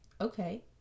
okay